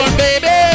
baby